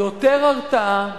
יותר הרתעה,